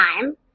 time